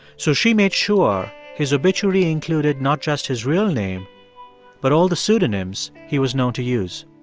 so she made sure his obituary included not just his real name but all the pseudonyms he was known to use